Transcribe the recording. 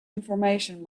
information